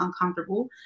uncomfortable